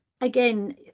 again